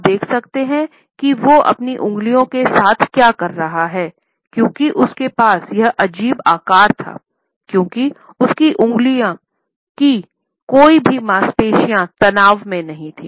आप देख सकते हैं कि वो अपनी उंगलियों के साथ क्या कर रहा था क्योंकि उसके पास यह अजीब आकार था क्योंकि उसकी उंगली की कोई भी मांसपेशियों में तनाव नहीं है